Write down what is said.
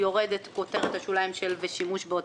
אנחנו נעשה רביזיה, ונראה מה עושים עם זה.